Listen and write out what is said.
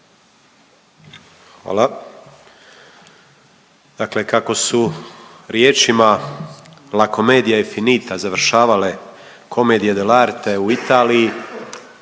Hvala. Dakle, kako su riječima la comedia infinita završavale komedije del arte u Italiji,